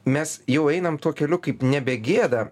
mes jau einam tuo keliu kaip nebegėda